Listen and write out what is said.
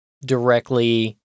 directly